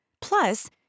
Plus